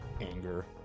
anger